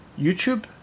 YouTube